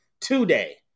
today